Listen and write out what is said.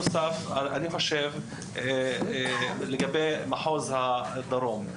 נושא נוסף הוא לגבי מחוז הדרום.